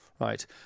right